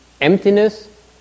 emptiness